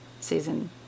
season